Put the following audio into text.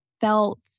felt